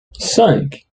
cinq